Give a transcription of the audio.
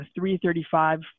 335